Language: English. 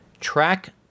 track